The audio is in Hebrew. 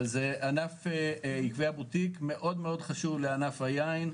אבל ענף יקבי הבוטיק מאוד-מאוד חשוב לענף היין,